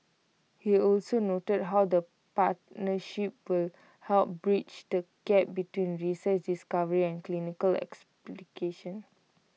he also noted how the partnership will help bridge the gap between research discovery and clinical